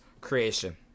creation